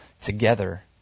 together